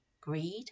Greed